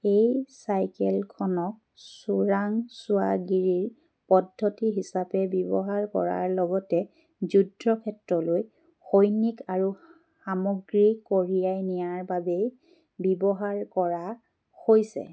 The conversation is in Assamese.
এই চাইকেলখনক চোৰাংচোৱাগিৰিৰ পদ্ধতি হিচাপে ব্যৱহাৰ কৰাৰ লগতে যুদ্ধক্ষেত্ৰলৈ সৈনিক আৰু সামগ্ৰী কঢ়িয়াই নিয়াৰ বাবে ব্যৱহাৰ কৰা হৈছে